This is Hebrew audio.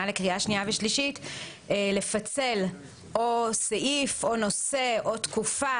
לקריאה שנייה ושלישית לפצל או סעיף או נושא או תקופה.